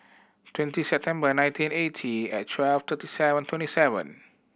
twenty September nineteen eighty and twelve thirty seven twenty seven